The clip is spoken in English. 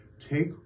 Take